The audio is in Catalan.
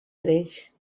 creix